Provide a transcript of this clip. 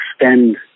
extend